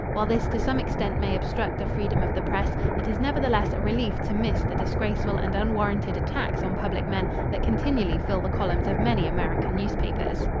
while this to some extent may obstruct the freedom of the press, it is nevertheless a relief to miss the disgraceful and unwarranted attacks on public men that continually fill the columns of many american newspapers.